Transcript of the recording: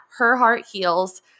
herheartheals